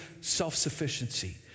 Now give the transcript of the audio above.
self-sufficiency